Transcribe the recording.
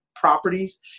properties